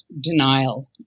denial